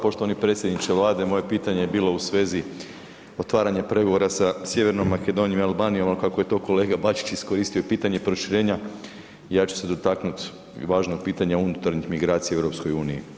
Poštovani predsjedniče vlade, moje pitanje je bilo u svezi otvaranja pregovora sa Sjevernom Makedonijom i Albanijom kako je to kolega Bačić iskoristio pitanje proširenja, ja ću se dotaknut važnog pitanja unutarnjih migracija u EU.